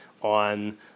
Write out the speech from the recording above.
on